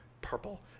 purple